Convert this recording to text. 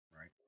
right